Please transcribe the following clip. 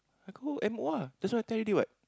I go M O ah that's what I tell you already what